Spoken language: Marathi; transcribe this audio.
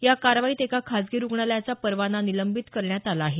या कारवाईत एका खासगी रुग्णालयाचा परवाना निलंबित करण्यात आला आहे